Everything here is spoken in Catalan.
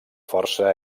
força